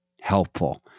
helpful